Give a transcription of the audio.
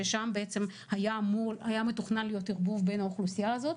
ששם היה מתוכנן להיות ערבוב בין האוכלוסייה הזאת,